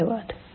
धन्यवाद